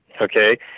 Okay